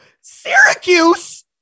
Syracuse